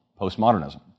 Postmodernism